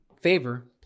favor